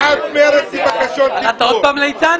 אמרת עוד פעם ליצן?